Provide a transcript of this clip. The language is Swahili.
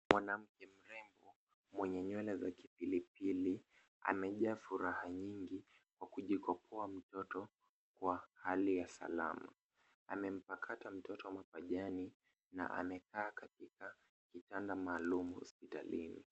Mwanamke mrembo mwenye nywele za kipilipili, amejaa furaha nyingi kwa kujikopoa mtoto, kwa hali ya salama. Amempakata mtoto mapajani, na amekaa kwa kitanda maalum hospitalini.